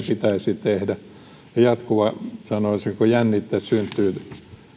pitäisi tehdä ja jatkuva sanoisinko jännite syntyy